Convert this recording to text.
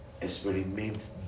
experiment